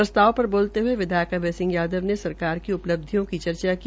प्रस्ताव पर बोलते हये विधायक अभय सिंह यादव ने सरकार की उपलब्धियों को चर्चा की